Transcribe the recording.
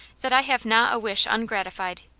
that i have not a wish ungratified.